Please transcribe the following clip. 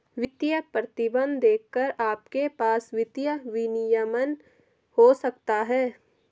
वित्तीय प्रतिबंध देखकर आपके पास वित्तीय विनियमन हो सकता है